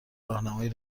راهنمایی